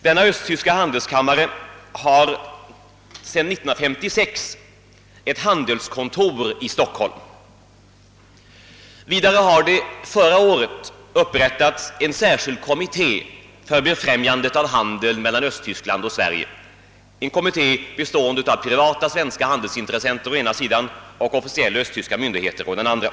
Denna östtyska handelskammare har sedan 1956 ett handelskontor i Stockholm. Vidare har förra året upprättats en särskild kommitté för befrämjande av handel mellan Östtyskland och Sverige, en kommitté bestående av privata svenska handelsintressenter å ena sidan och officiella östtyska myndigheter å den andra.